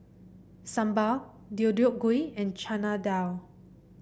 Sambar Deodeok Gui and Chana Dal